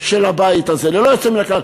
של הבית הזה ללא יוצא מן הכלל.